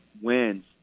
wins